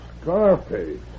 Scarface